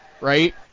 Right